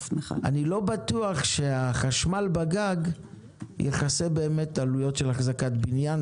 אני לא בטוח שהחשמל בגג יכסה באמת את העלויות של החזקת הבניין.